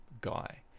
guy